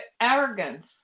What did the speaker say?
arrogance